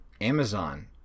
amazon